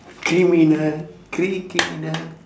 criminal cri~ criminal